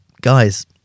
guys